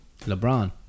LeBron